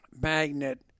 magnet